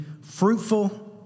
fruitful